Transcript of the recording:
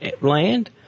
land